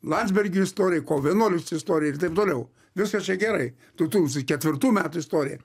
landsbergio istorija kovo vienuoliktosios istorija ir taip toliau viskas čia gerai du tūkstančiai ketvirtų metų istorija